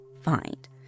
find